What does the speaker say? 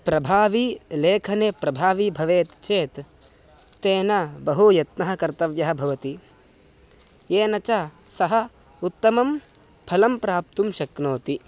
प्रभावी लेखने प्रभावी भवेत् चेत् तेन बहु यत्नः कर्तव्यः भवति येन च सः उत्तमं फलं प्राप्तुं शक्नोति